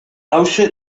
hauxe